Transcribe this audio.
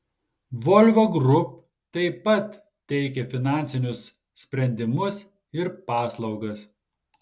volvo group taip pat teikia finansinius sprendimus ir paslaugas